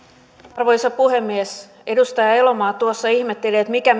arvoisa puhemies edustaja elomaa tuossa ihmetteli että mikä